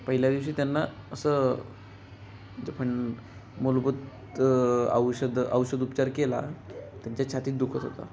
पहिल्या दिवशी त्यांना असं जे पण मूलभूत औषध औषध उपचार केला त्यांच्या छातीत दुखत होता